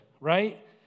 right